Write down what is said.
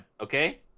okay